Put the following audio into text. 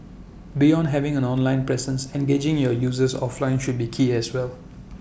beyond having an online presence engaging your users offline should be key as well